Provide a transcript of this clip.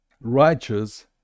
righteous